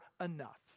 enough